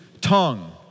tongue